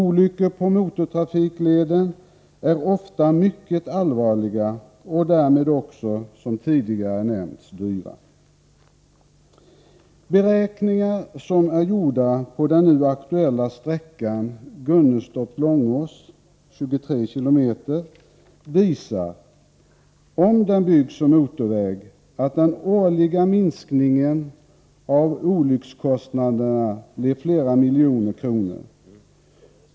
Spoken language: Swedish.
Olyckor på motortrafikleder är ofta mycket allvarliga och därmed också som tidigare nämnts dyra. Beräkningar som gjorts beträffande den nu aktuella sträckan — Gunnestorp-Långås, 23 km -— visar att den årliga minskningen av olyckskostnaderna — om den byggs i form av motorväg — blir flera miljoner kronor.